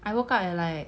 I woke up at like